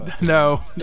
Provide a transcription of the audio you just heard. No